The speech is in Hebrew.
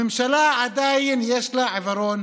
הממשלה, עדיין יש לה עיוורון